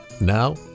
now